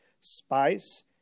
spice